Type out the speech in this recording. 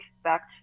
expect